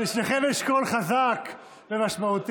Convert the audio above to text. לשניכם יש קול חזק ומשמעותי.